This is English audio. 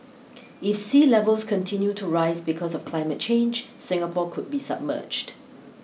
if sea levels continue to rise because of climate change Singapore could be submerged